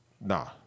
Nah